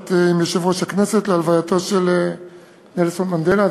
במשלחת עם יושב-ראש הכנסת להלווייתו של נלסון מנדלה.